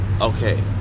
Okay